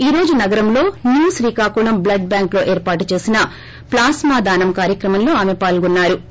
ఈ రోజు నగరంలో న్యూ శ్రీకాకుళం బ్లడ్ బ్యాంక్ లో ఏర్పాటు చేసిన ప్లాస్మా దానం కార్యక్రమంలో ఆమె పాల్గొన్నా రు